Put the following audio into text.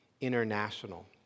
international